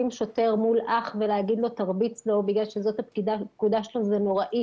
שוטר מול אח ולהגיד לו 'תרביץ לו' בגלל שזו הפקודה שלו זה נוראי